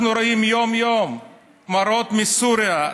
אנחנו רואים יום-יום מראות מסוריה,